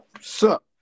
sup